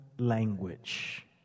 language